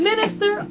Minister